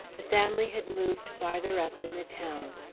the family had moved farther up in the town.